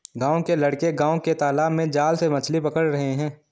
गांव के लड़के गांव के तालाब में जाल से मछली पकड़ रहे हैं